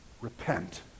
Repent